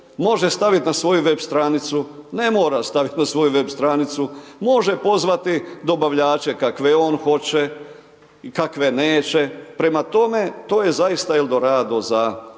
može stavit na svoju web stranicu, ne mora stavit na svoju web stranicu, može pozvati dobavljače kakve on hoće, kakve neće, prema tome to je zaista El Dorado za